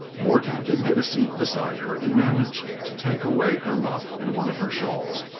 morton did get a seat beside her and managed to take away her muff and one of her shawls,